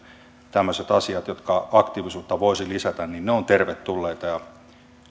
tämmöiset asiat jotka aktiivisuutta voisivat lisätä ovat tervetulleita